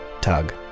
Tug